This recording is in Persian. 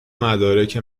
مدارک